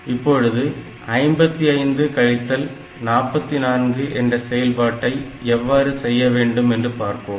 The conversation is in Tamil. இப்போது 55 கழித்தல் 44 என்ற செயல்பாட்டை எவ்வாறு செய்ய வேண்டும் என்று பார்ப்போம்